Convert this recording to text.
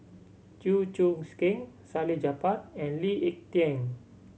Chew Choo Keng Salleh Japar and Lee Ek Tieng